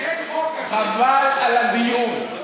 חבל על הדיון.